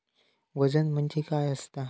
वजन म्हणजे काय असता?